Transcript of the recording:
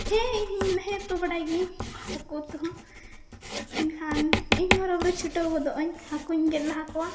ᱦᱮᱸ ᱤᱧᱦᱚᱸᱧ ᱢᱮᱱᱟ ᱦᱮᱸᱛᱚ ᱵᱟᱰᱟᱭᱜᱮᱭᱟᱹᱧ ᱦᱟᱠᱩ ᱩᱛᱩᱦᱚᱸ ᱮᱱᱠᱷᱟᱱ ᱤᱧᱦᱚᱸ ᱦᱚᱨᱚᱵᱚᱨᱚ ᱪᱷᱩᱴᱟᱹᱣ ᱜᱚᱫᱚᱜᱟᱹᱧ ᱦᱟᱠᱩᱧ ᱜᱮᱫᱞᱟᱦᱟ ᱠᱚᱣᱟ